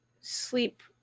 sleep